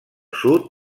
sud